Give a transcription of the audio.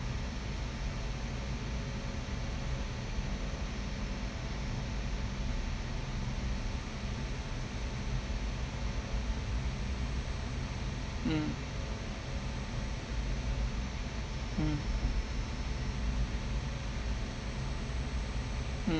mm mm